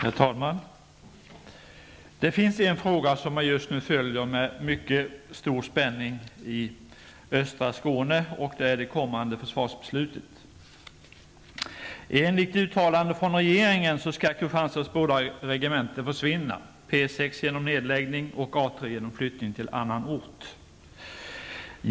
Herr talman! Det finns en fråga som man just nu följer med mycket stor spänning i östra Skåne, och det är det kommande försvarsbeslutet. Enligt uttalande från regeringen skall Kristianstads båda regementen försvinna, P6 genom nedläggning och A3 genom flyttning till annan ort.